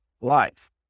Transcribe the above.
life